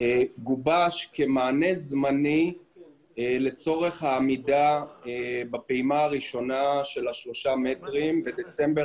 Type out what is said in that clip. גובש כמענה זמני לצורך העמידה בפעימה הראשונה של ה-3 מטרים בדצמבר